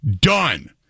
Done